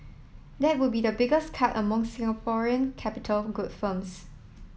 that would be the biggest cut among Singaporean capital good firms